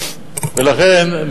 ולכן,